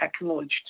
acknowledged